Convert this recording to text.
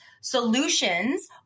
Solutions